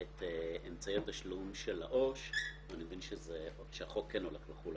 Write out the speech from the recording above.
לאור השכלול של השוק הזה, כן להטיל על